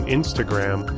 Instagram